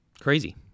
Crazy